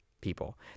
people